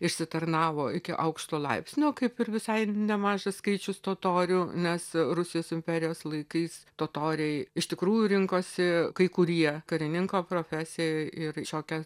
išsitarnavo iki aukšto laipsnio kaip ir visai nemažas skaičius totorių nes rusijos imperijos laikais totoriai iš tikrųjų rinkosi kai kurie karininko profesiją ir šiokią